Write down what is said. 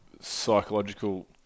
Psychological